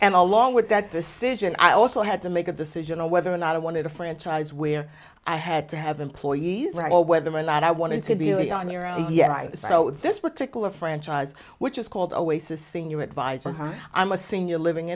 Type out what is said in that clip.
and along with that decision i also had to make a decision on whether or not i wanted a franchise where i had to have employees or whether or not i wanted to be on your own so this particular franchise which is called always a senior advisor i'm a senior living